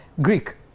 Greek